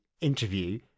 interview